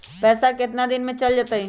पैसा कितना दिन में चल जतई?